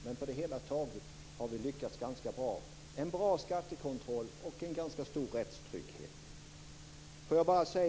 Men på det hela taget har vi lyckats ganska bra med att få en bra skattekontroll och en ganska stor rättstrygghet.